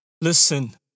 listen